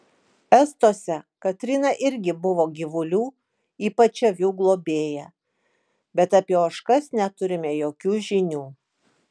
estuose katryna irgi buvo gyvulių ypač avių globėja bet apie ožkas neturime jokių žinių